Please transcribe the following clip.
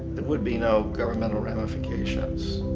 there would be no governmental ramifications.